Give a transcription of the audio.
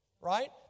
Right